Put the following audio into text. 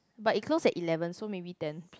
but it close at eleven so maybe ten